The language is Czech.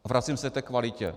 A vracím se k té kvalitě.